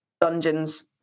dungeons